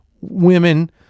women